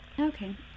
Okay